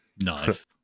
Nice